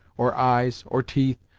or eyes, or teeth,